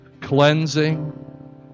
cleansing